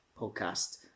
podcast